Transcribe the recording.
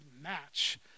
match